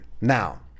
Now